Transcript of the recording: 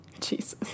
Jesus